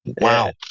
Wow